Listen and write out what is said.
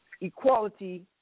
equality